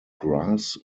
grass